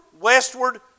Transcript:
westward